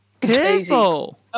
Careful